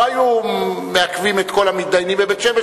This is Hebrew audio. לא היו מעכבים את כל המתדיינים בבית-שמש,